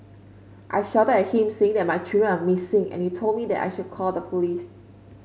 I shouted at him saying that my children are missing and he told me that I should call the police